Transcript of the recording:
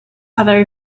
other